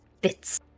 bits